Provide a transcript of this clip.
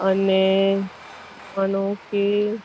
અને માનો કે